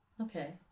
Okay